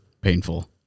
painful